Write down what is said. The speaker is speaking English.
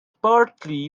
partly